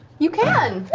you can!